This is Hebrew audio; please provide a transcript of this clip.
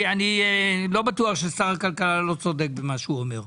אני לא בטוח ששר הכלכלה לא צודק במה שהוא אומר.